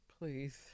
Please